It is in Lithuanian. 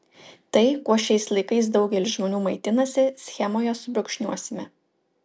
tai kuo šiais laikais daugelis žmonių maitinasi schemoje subrūkšniuosime